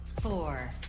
Four